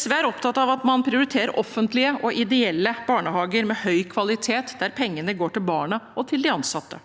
SV er opptatt av at man prioriterer offentlige og ideelle barnehager med høy kvalitet, der pengene går til barna og til de ansatte.